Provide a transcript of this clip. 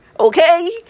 Okay